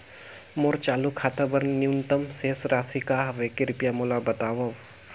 मोर चालू खाता बर न्यूनतम शेष राशि का हवे, कृपया मोला बतावव